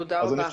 תודה רבה.